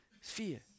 Fear